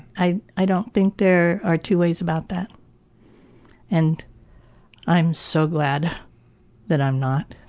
i i don't think there are two ways about that and i'm so glad that i'm not.